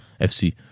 FC